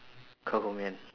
ke kou mian